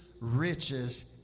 riches